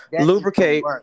Lubricate